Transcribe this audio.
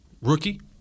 Rookie